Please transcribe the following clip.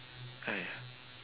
!aiya!